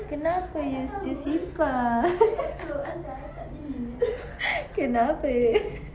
kenapa you still simpan kenapa